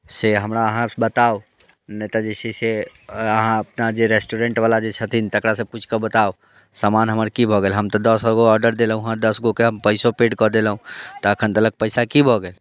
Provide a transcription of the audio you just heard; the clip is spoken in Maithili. से हमरा अहाँ बताउ नहि तऽ जे छै से अहाँ अपना जे रेस्टोरेंटवला जे छथिन तकरासँ पूछि कऽ बताउ सामान हमर की भऽ गेल हम तऽ दसगो ऑर्डर देलहुँ हेँ दसगो के हम पैसो पेड कऽ देलहुँ तऽ एखन देलक पैसा की भऽ गेल